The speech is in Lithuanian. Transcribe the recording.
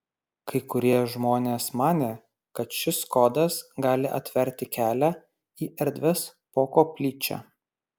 kai kurie žmonės manė kad šis kodas gali atverti kelią į erdves po koplyčia